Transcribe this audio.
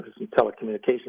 telecommunications